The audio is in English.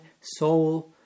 soul